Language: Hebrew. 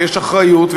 ויש אחריות,